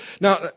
Now